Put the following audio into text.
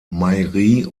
mairie